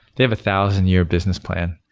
they have a thousand year business plan.